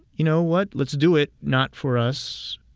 you know what? let's do it, not for us,